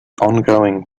ongoing